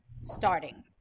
starting